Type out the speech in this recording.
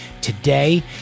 today